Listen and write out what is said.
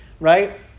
Right